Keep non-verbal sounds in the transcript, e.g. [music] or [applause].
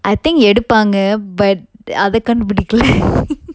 I think எடுப்பாங்க:edupanga but அத கண்டுபுடிக்கல:atha kandupudikkala [laughs]